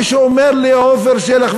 כשהוא אומר לעפר שלח,